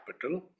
capital